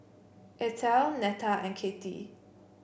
Ethel Netta and Cathy